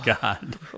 God